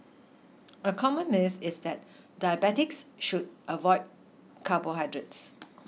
a common myth is that diabetics should avoid carbohydrates